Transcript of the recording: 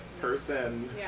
person